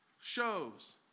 shows